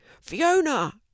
Fiona